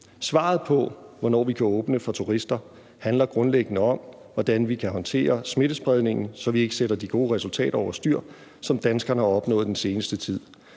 Svaret på, hvornår vi kan åbne for turister, handler grundlæggende om, hvordan vi kan håndtere smittespredningen, så vi ikke sætter de gode resultater over styr, som danskerne har opnået den seneste tid.